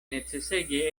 necesege